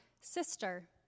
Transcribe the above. sister